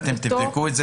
אתם תבדקו את זה,